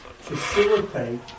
facilitate